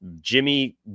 Jimmy